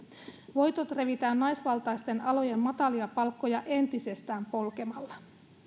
voitot revitään naisvaltaisten alojen matalia palkkoja entisestään polkemalla